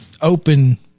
open